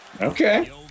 Okay